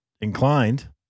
inclined